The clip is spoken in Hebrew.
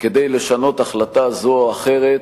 כדי לשנות החלטה זו או אחרת,